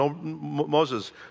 Moses